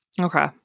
Okay